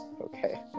okay